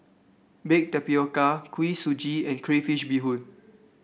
bake tapioca Kuih Suji and Crayfish Beehoon